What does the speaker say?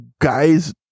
guys